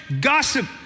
gossip